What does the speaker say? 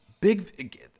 Big